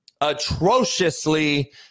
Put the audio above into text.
atrociously